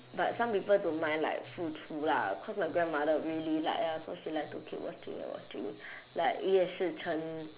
but some people don't mind like 付出 lah cause my grandmother really like !aiya! so she like to keep watching and watching like ye shi chen